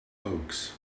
oaks